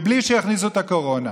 בלי שיכניסו את הקורונה.